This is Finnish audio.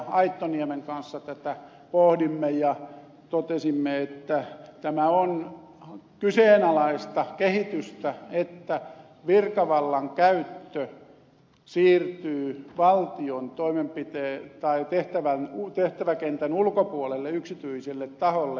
aittoniemen kanssa tätä pohdimme ja totesimme että tämä on kyseenalaista kehitystä että virkavallan käyttö siirtyy valtion tehtäväkentän ulkopuolelle yksityiselle taholle